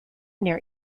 near